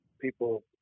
people